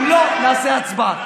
אם לא, נעשה הצבעה.